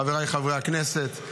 חבריי חברי הכנסת,